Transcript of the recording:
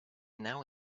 now